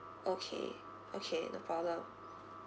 okay okay no problem